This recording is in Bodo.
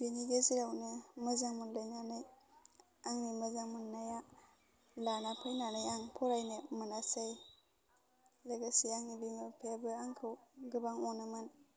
बेनि गेजेरावनो मोजां मोनलायनानै आंनि मोजां मोननाया लाना फैनानै आं फरायनो मोनासै लोगोसे आंनि बिमा बिफायाबो आंखौ गोबां अनोमोन